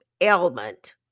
ailment